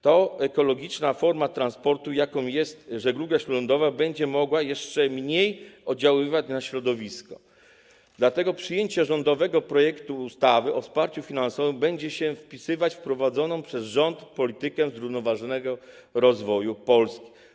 Ta ekologiczna forma transportu, jaką jest żegluga śródlądowa, będzie mogła jeszcze mniej oddziaływać na środowisko, dlatego przyjęcie rządowego projektu ustawy o wsparciu finansowym będzie się wpisywać w prowadzoną przez rząd politykę zrównoważonego rozwoju Polski.